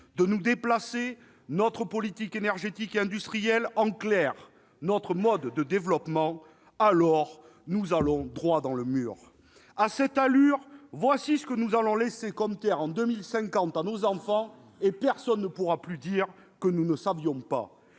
de nous déplacer, notre politique énergétique et industrielle, en clair notre mode de développement, alors nous allons droit dans le mur. À cette allure, voici ce que nous allons laisser comme Terre en 2050 à nos enfants, et personne ne pourra dire que nous ne savions pas